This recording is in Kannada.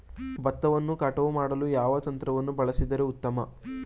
ಭತ್ತವನ್ನು ಕಟಾವು ಮಾಡಲು ಯಾವ ಯಂತ್ರವನ್ನು ಬಳಸಿದರೆ ಉತ್ತಮ?